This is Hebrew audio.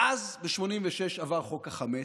ואז, ב-1986, עבר חוק החמץ.